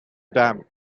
dam